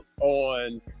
on